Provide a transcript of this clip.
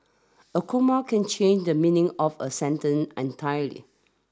a comma can change the meaning of a sentence entirely